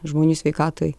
žmonių sveikatai